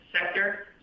sector